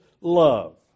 love